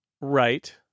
right